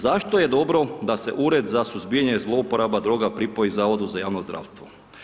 Zašto je dobro da se Ured za suzbijanje zlouporaba droga pripoji Zavodu za javno zdravstvo?